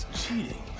cheating